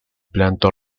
planta